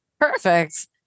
Perfect